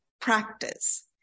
practice